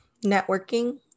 Networking